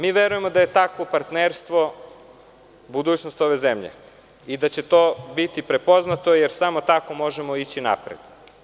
Mi verujemo da je takvo partnerstvo budućnost ove zemlje i da će to biti prepoznato jer samo tako možemo ići napred.